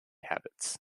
habits